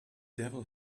devil